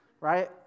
right